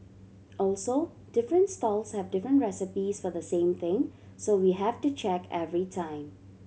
also different stalls have different recipes for the same thing so we have to check every time